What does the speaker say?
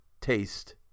taste